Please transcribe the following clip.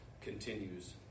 continues